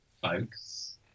folks